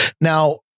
now